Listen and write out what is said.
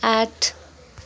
आठ